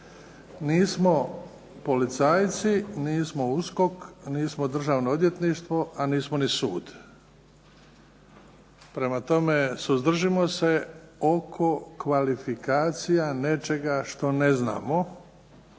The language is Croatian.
nismo policajci, nismo USKOK, nismo Državno odvjetništvo, a nismo ni sud. Prema tome, suzdržimo se oko kvalifikacija nečega što ne znamo